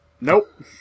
Nope